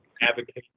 advocate